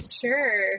sure